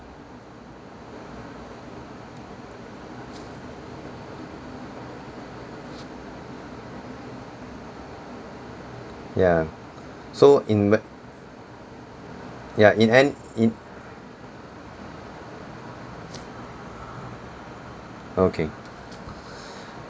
ya so in whe~ ya in an~ in okay